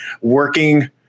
working